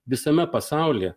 visame pasaulyje